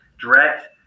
direct